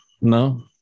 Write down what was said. no